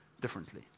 differently